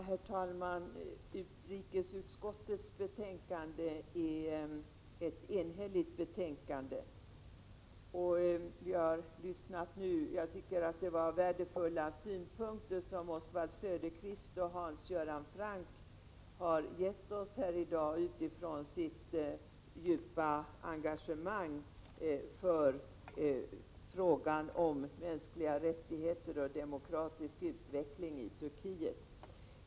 Herr talman! Utrikesutskottets betänkande är enhälligt. Det var värdefulla synpunkter som Oswald Söderqvist och Hans Göran Franck gett oss här i dag utifrån sitt djupa engagemang när det gäller frågan om mänskliga rättigheter och demokratisk utveckling i Turkiet.